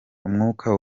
umwuka